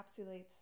encapsulates